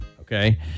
Okay